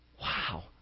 wow